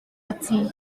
ati